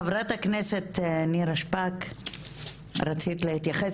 חברת הכנסת נירה שפק, רצית להתייחס.